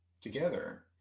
together